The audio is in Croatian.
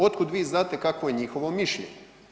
Od kud vi znate kakvo je njihovo mišljenje?